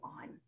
on